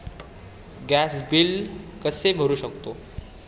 Gas bill कसे भरू शकतो?